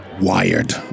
wired